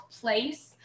place